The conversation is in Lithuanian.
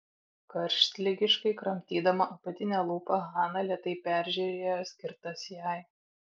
karštligiškai kramtydama apatinę lūpą hana lėtai peržiūrėjo skirtas jai